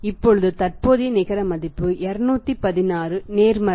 இப்போது தற்போதைய நிகர மதிப்பு 216 நேர்மறை